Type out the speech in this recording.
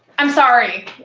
i'm sorry,